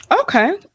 okay